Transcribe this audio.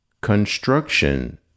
Construction